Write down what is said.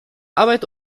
arbeit